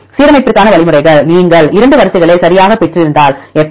சீரமைப்பிற்கான வழிமுறைகள் நீங்கள் 2 வரிசைகளை சரியாகப் பெற்றிருந்தால் எப்படி